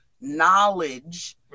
knowledge